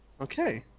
Okay